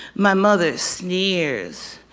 my mother sneers,